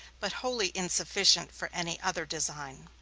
but wholly insufficient for any other design.